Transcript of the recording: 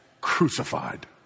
crucified